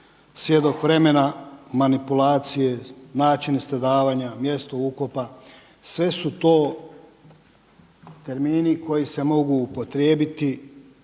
svjedok vremena, manipulacije, načine stradavanja, mjesto ukopa. Sve su to termini koji se mogu upotrijebiti